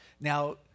Now